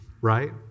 Right